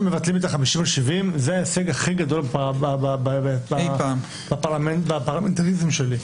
שמבטלים את ה-50 ו-70 זה ההישג הכי גדול בפרלמנט אי פעם.